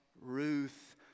Ruth